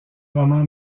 roman